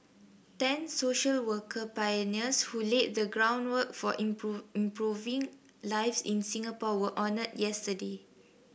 ten social worker pioneers who laid the groundwork for improve improving lives in Singapore were honoured yesterday